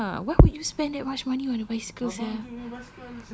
gila why would you spend that much money on your bicycle sia